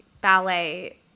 ballet